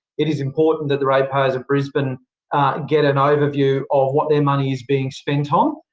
it is important that the ratepayers of brisbane get an overview of what their money is being spent on.